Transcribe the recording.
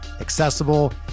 accessible